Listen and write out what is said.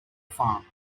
farm